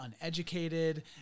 uneducated